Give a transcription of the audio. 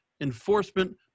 enforcement